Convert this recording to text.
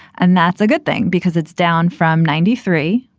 and that's a good thing because it's down from ninety three,